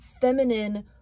feminine